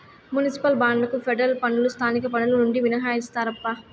municipal బాండ్లకు federal పన్నులు స్థానిక పన్నులు నుండి మినహాయిస్తారప్పా